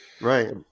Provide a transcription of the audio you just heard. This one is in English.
right